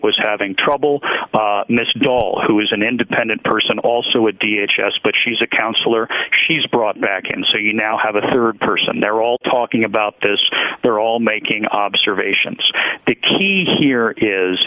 was having trouble miss daughter who is an independent person also a d h s s but she's a counselor she's brought back and so you now have a rd person they're all talking about this they're all making observations the key here is